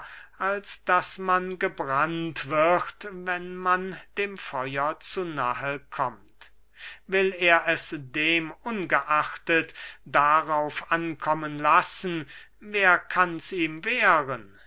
als daß man gebrannt wird wenn man dem feuer zu nahe kommt will er es demungeachtet darauf ankommen lassen wer kann's ihm wehren